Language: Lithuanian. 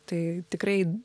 tai tikrai